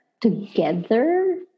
together